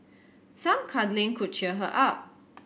some cuddling could cheer her up